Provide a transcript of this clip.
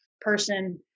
person